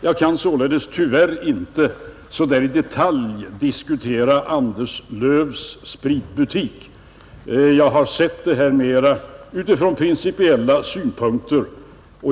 Jag kan således tyvärr inte så där i detalj diskutera Anderslövs spritbutik. Jag har sett frågan mera från principiella synpunkter.